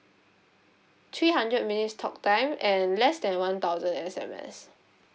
three hundred minutes talk time and less than one thousand S_M_S